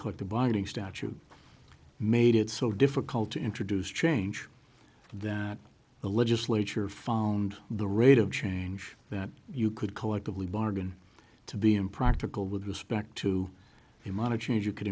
the binding statute made it so difficult to introduce change that the legislature found the rate of change that you could collectively bargain to be impractical with respect to the amount of change you could